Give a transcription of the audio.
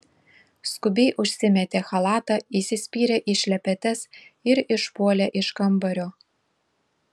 skubiai užsimetė chalatą įsispyrė į šlepetes ir išpuolė iš kambario